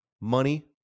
money